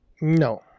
No